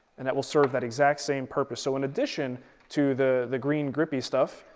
and it will serve that exact same purpose so in addition to the the green grippy stuff,